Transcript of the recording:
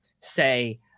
say